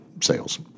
sales